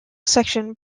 section